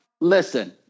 listen